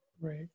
right